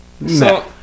No